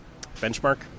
benchmark